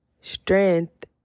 strength